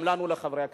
גם לנו לחברי הכנסת: